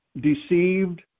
deceived